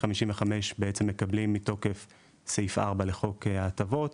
55 אלף מקבלים מתוקף סעיף ארבע לחוק ההטבות,